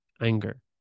anger